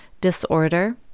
disorder